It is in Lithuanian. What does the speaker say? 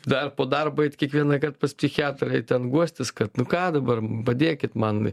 dar po darbo eit kiekvienąkart pas psichiatrą ir ten guostis kad nu ką dabar padėkit man